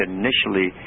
initially